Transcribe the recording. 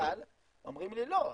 אבל אומרים לי לא,